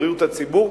בריאות הציבור,